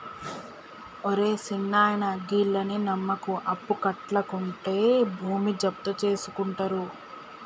ఒరే సిన్నాయనా, గీళ్లను నమ్మకు, అప్పుకట్లకుంటే భూమి జప్తుజేసుకుంటరు